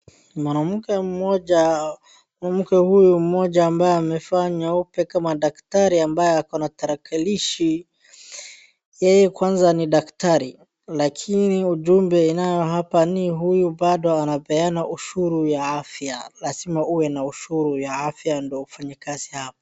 Mwanamke mmoja ,mwanamke huyu mmoja ambaye amevaa nyeupe kama daktari ambaye akona tarakilishi, yeye kwanza ni daktari lakini ujumbe inayo hapa ni huu bado anapeana ushuru ya afya lazima uwe na ushuru ya afya ndo ufanye kazi hapa.